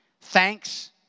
Thanks